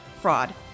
Fraud